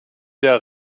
der